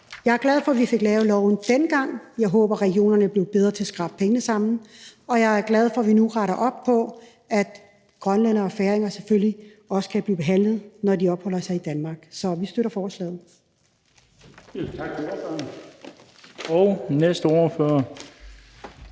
jeg er glad for, at vi fik lavet loven dengang. Jeg håber, at regionerne bliver bedre til at skrabe pengene sammen, og jeg er glad for, at vi nu retter op på det, så grønlændere og færinger selvfølgelig også kan blive behandlet, når de opholder sig i Danmark. Så vi støtter forslaget.